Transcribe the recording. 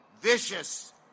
vicious